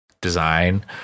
design